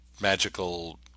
magical